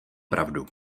pravdu